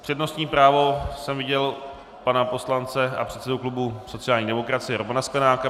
Přednostní právo jsem viděl u pana poslance a předsedy klubu sociální demokracie Romana Sklenáka.